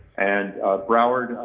and broward,